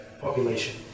population